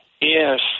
Yes